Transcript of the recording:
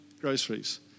groceries